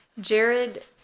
Jared